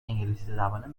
انگلیسیزبان